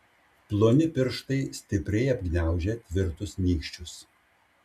ploni pirštai stipriai apgniaužę tvirtus nykščius